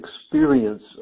experience